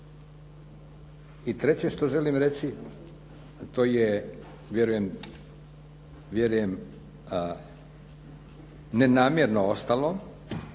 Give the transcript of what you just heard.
I treće što želim reći to je vjerujem nenamjerno ostalo